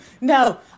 no